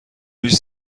پیش